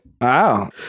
Wow